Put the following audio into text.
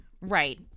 right